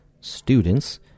students